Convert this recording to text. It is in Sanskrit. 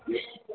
नि